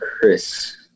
Chris